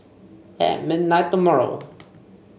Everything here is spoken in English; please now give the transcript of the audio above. at midnight tomorrow